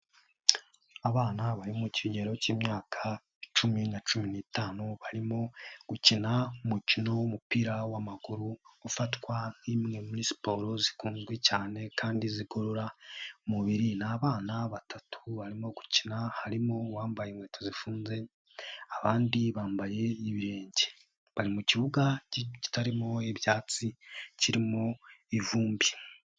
Abana bari mu kigero cy'imyaka icumi na cumi n'itanu, barimo gukina umukino w'umupira w'amaguru, ufatwa nk'imwe muri siporo zikunzwe cyane, kandi zikurura umubiri, ni abana batatu barimo gukina, harimo uwambaye inkweto zifunze, abandi bambaye ibirenge, bari mukibuga kitarimo ibyatsi, kirimo ivumbi.